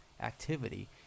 activity